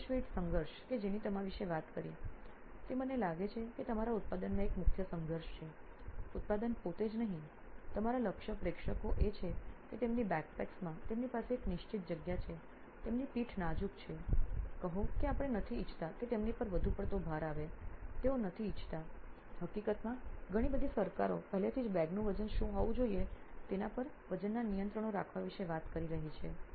space weight સંઘર્ષ કે જેની તમે વિશે વાત કરી છે તે મને લાગે છે કે તે તમારા ઉત્પાદનમાં એક મુખ્ય સંઘર્ષ છે ઉત્પાદન પોતે જ નહિ તમારા લક્ષ્ય પ્રેક્ષકો એ છે કે તેમની બેકપેક્સમાં તેમની પાસે એક નિશ્ચિત જગ્યા છે તેમની પીઠ નાજુક છે કહો કે આપણે નથી ઇચ્છતા કે તેમની પર વધુ પડતો ભાર આવે તેઓ નથી ઇચ્છતા હકીકતમાં ઘણી બધી સરકારો પહેલેથી જ બેગનું વજન શું હોવું જોઈએ તેના પર વજનના નિયંત્રણો રાખવા વિશે વાત કરી રહી છે